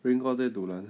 ringko 最